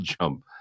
jump